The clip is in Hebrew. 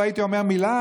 לא הייתי אומר מילה.